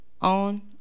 on